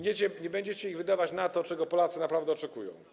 Nie będziecie ich wydawać na to, czego Polacy naprawdę oczekują.